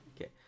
Okay